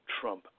Trump